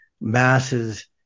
masses